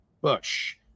Bush